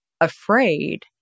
afraid